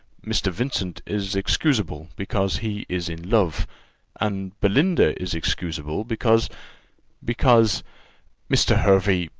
mr. vincent is excusable, because he is in love and belinda is excusable, because because mr. hervey,